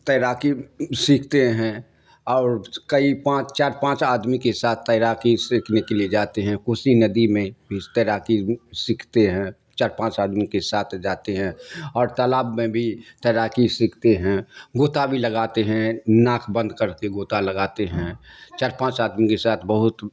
تیراکی سیکھتے ہیں اور کئی پانچ چار پانچ آدمی کے ساتھ تیراکی سیکھنے کے لیے جاتے ہیں کوسی ندی میں بھی تیراکی سیکھتے ہیں چار پانچ آدمی کے ساتھ جاتے ہیں اور تالاب میں بھی تیراکی سیکھتے ہیں گوتا بھی لگاتے ہیں ناک بند کر کے گوتا لگاتے ہیں چار پانچ آدمی کے ساتھ بہت